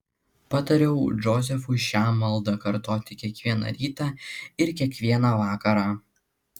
patariau džozefui šią maldą kartoti kiekvieną rytą ir kiekvieną vakarą